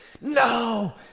no